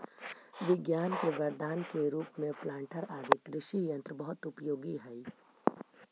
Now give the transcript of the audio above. विज्ञान के वरदान के रूप में प्लांटर आदि कृषि यन्त्र बहुत उपयोगी हई